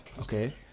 okay